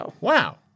Wow